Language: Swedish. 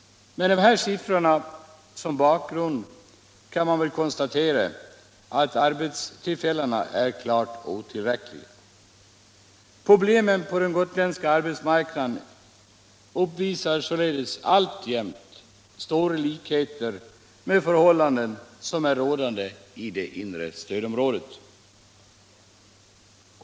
Med de här siffrorna som bakgrund kan man konstatera att arbetstillfällena är klart otillräckliga. Problemen på den gotländska arbetsmarknaden uppvisar således alltjämt stora likheter med förhållanden som är rådande i det inre stödområdet.